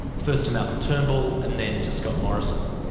first to malcolm turnbull and then to scott morrison.